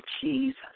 Jesus